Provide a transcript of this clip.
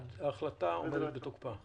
ההחלטה עומדת בתוקפה,